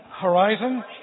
Horizon